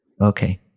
okay